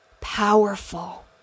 powerful